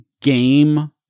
game